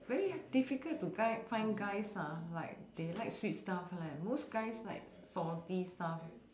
very difficult to guy find guys ah like they like sweet stuff leh most guys like salty stuff